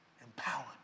Empowered